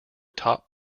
top